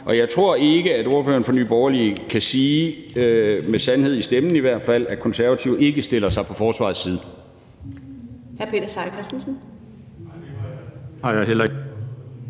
Og jeg tror ikke, at ordføreren fra Nye Borgerlige kan sige, i hvert fald med sandhed i stemmen, at Konservative ikke stiller sig på forsvarets side.